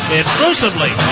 exclusively